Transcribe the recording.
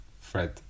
Fred